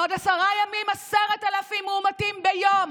בעוד עשרה ימים 10,000 מאומתים ביום.